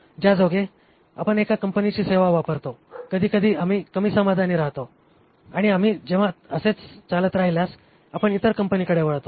ज्यायोगे आपण एका कंपनीची सेवा वापरतो कधीकधी आम्ही कमी समाधानी राहतो आणि आम्ही जेव्हा असेच चालत राहिल्यास आपण इतर कंपनीकडे वळतो